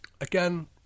Again